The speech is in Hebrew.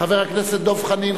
חבר הכנסת דב חנין,